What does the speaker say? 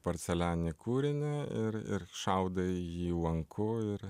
porcelianinį kūrinį ir ir šaudai į jį lanku ir